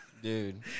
Dude